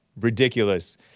ridiculous